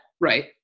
Right